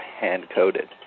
hand-coded